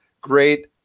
great